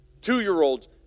Two-year-olds